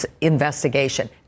investigation